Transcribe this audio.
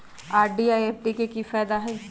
RD आ FD के कि फायदा हई?